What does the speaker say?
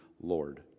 Lord